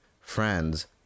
friends